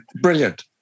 Brilliant